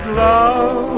love